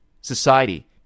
society